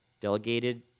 delegated